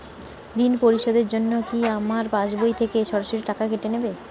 ঋণ পরিশোধের জন্য কি আমার পাশবই থেকে সরাসরি টাকা কেটে নেবে?